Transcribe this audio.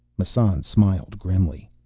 massan smiled grimly.